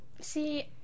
see